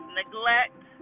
neglect